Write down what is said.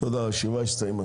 תודה הישיבה הסתיימה.